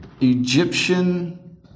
Egyptian